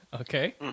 Okay